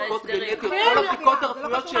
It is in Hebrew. לבדיקות גנטיות כל הבדיקות הרפואיות שהן בלי קשר.